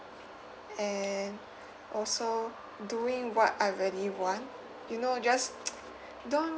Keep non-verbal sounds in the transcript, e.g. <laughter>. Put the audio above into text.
and also doing what I really want you know just <noise> don't